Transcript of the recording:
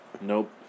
Nope